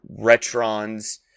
Retrons